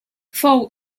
fou